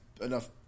enough